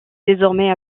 désormais